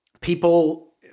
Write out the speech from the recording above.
people –